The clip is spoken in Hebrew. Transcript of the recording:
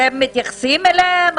אתם מתייחסים אליהן?